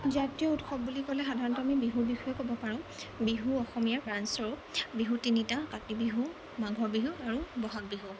জাতীয় উৎসৱ বুলি ক'লে সাধাৰণতে আমি বিহুৰ বিষয়েই ক'ব পাৰোঁ বিহু অসমীয়াৰ প্ৰাণস্বৰূপ বিহু তিনিটা কাতি বিহু মাঘ বিহু আৰু বহাগ বিহু